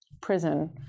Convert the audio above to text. prison